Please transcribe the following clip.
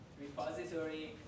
repository